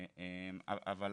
אבל,